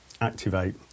Activate